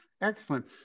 Excellent